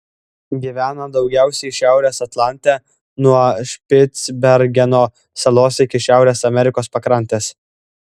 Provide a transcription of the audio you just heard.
gyvena daugiausiai šiaurės atlante nuo špicbergeno salos iki šiaurės amerikos pakrantės